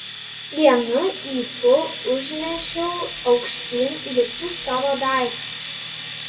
vienu ypu užnešiau aukštyn visus savo daiktus